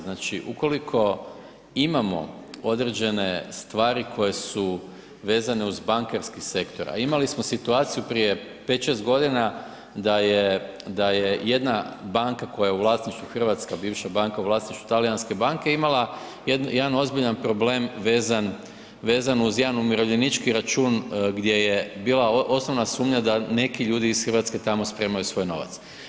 Znači ukoliko imamo određene stvari koje su vezane uz bankarski sektor, a imali smo situaciju prije 5, 6 godina da je jedna banka koja je u vlasništvu, hrvatska bivša banka u vlasništvu talijanske banke imala jedan ozbiljan problem vezan uz jedan umirovljenički račun gdje je bila osnovana sumnja da neki ljudi iz Hrvatske tamo spremaju svoj novac.